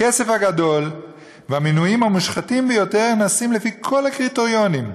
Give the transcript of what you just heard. הכסף הגדול והמינויים המושחתים ביותר נעשים לפי כל הקריטריונים.